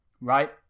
Right